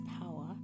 power